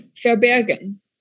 verbergen